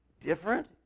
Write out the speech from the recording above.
different